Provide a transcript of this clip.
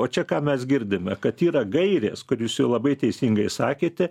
o čia ką mes girdime kad yra gairės kur jūs labai teisingai sakėte